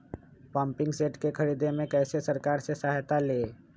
Pumping set के ख़रीदे मे कैसे सरकार से सहायता ले?